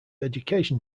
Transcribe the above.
education